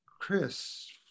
Chris